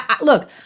look